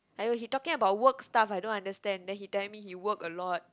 !aiyo! he talking about work stuff I don't understand then he tell me he work a lot